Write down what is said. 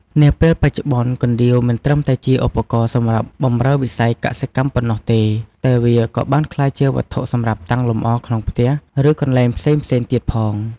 នាពេលបច្ចុប្បន្នកណ្ដៀវមិនត្រឹមតែជាឧបករណ៍សម្រាប់បម្រើវិស័យកសិកម្មប៉ុណ្ណោះទេ តែវាក៏បានក្លាយជាវត្ថុសម្រាប់តាំងលម្អក្នុងផ្ទះ ឬកន្លែងផ្សេងៗទៀតផង។